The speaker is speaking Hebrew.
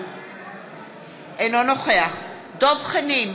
אינו נוכח דב חנין,